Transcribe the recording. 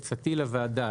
עצתי לוועדה,